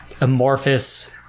amorphous